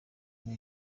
iba